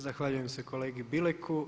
Zahvaljujem se kolegi Bileku.